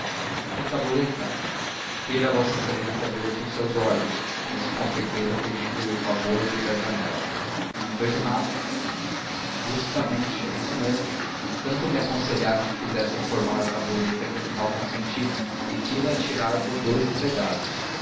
que tabuleta queira v exa ver por seus olhos disse o confeiteiro pedindo-lhe o favor de ir à janela não vejo nada justamente é isso mesmo tanto me aconselharam que fizesse reformar a tabuleta que afinal consenti e fi la tirar por dous empregados